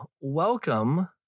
welcome